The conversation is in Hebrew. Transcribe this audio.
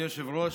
אדוני היושב-ראש,